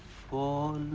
for